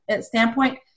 standpoint